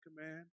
command